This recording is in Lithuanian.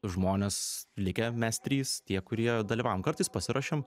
žmonės likę mes trys tie kurie dalyvaujam kartais pasiruošiam